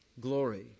glory